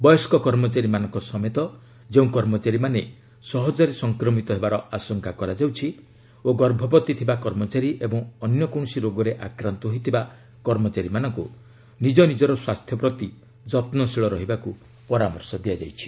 ବୟସ୍କ କର୍ମଚାରୀମାନଙ୍କ ସମେତ ଯେଉଁ କର୍ମଚାରୀମାନେ ସହଜରେ ସଂକ୍ରମିତ ହେବାର ଆଶଙ୍କା କରାଯାଉଛି ଓ ଗର୍ଭବତୀ ଥିବା କର୍ମଚାରୀ ଏବଂ ଅନ୍ୟ କୌଣସି ରୋଗରେ ଆକ୍ରାନ୍ତ ହୋଇଥିବା କର୍ମଚାରୀମାନଙ୍କୁ ନିଜ ନିଜର ସ୍ୱାସ୍ଥ୍ୟ ପ୍ରତି ଯତ୍ନଶୀଳ ହେବାକୁ କୁହାଯାଇଛି